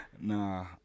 Nah